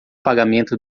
pagamento